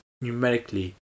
numerically